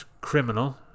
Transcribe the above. criminal